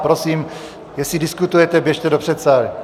Prosím, jestli diskutujete, běžte do předsálí.